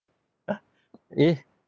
uh it